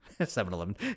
7-Eleven